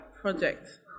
project